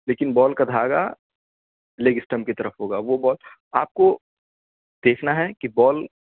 لیکن بال کا دھاگا لیگ اسٹمپ کی طرف ہوگا وہ بال آپ کو دیکھنا ہے کہ بال